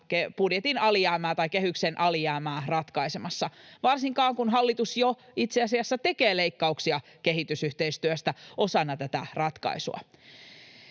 budjetin alijäämää tai kehyksen alijäämää ratkaisemassa, varsinkaan kun hallitus jo itse asiassa tekee leikkauksia kehitysyhteistyöstä osana tätä ratkaisua.